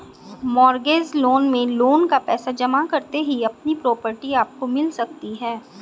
mortgage loan में loan का पैसा जमा करते ही अपनी प्रॉपर्टी आपको मिल सकती है